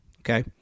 Okay